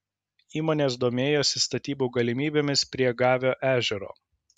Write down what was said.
įmonės domėjosi statybų galimybėmis prie gavio ežero